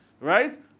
Right